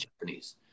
Japanese